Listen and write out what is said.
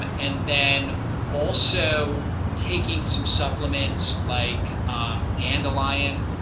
and then also taking some supplements like dandelion,